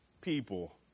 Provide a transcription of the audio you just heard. people